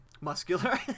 muscular